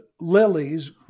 lilies